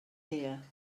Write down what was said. here